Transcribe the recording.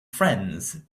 friends